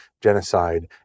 genocide